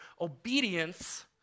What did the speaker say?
obedience